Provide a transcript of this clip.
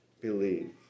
believe